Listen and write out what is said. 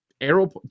arrow